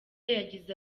yagize